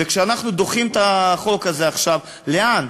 וכשאנחנו דוחים את החוק הזה עכשיו, לאן?